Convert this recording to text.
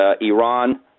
Iran